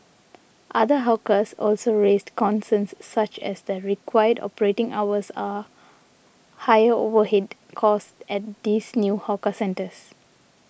other hawkers also raised concerns such as the required operating hours are higher overhead costs at these new hawker centres